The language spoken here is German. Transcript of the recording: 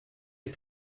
mit